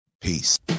Peace